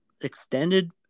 extended